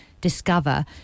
discover